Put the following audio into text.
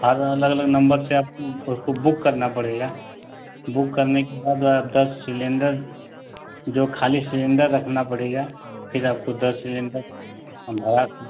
हर अलग अलग नंबर से आपको उसको बुक करना पड़ेगा बुक करने के बाद आप दस सिलेंडर जो खाली सिलेंडर रखना पड़ेगा फिर आपको दस सिलेंडर हम भरा देंगे